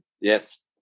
Yes